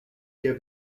been